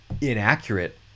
inaccurate